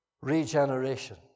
regeneration